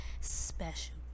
special